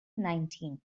nineteen